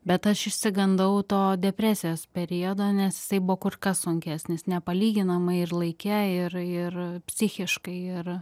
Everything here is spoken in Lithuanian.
bet aš išsigandau to depresijos periodo nes jisai buvo kur kas sunkesnis nepalyginamai ir laike ir ir psichiškai ir